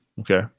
Okay